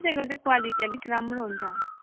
कुन चाहिँको चाहिँ क्वालिटी अलिक राम्रो हुन्छ